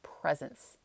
presence